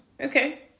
Okay